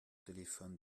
téléphones